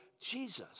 Jesus